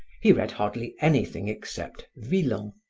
he read hardly anything except villon,